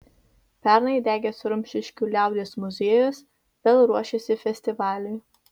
pernai degęs rumšiškių liaudies muziejus vėl ruošiasi festivaliui